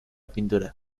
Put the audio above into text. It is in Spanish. pintura